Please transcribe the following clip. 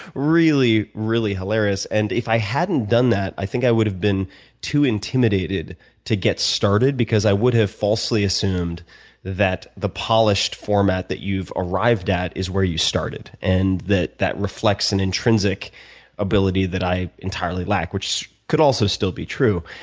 really, really hilarious. and if i hadn't done that, i think i would have been too intimidated to get started because i would have falsely assumed that the polished format that you've arrived at is where you started, and that that reflects an intrinsic ability that i entirely lack, which could also still be true.